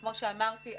כמו שאמרתי,